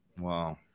Wow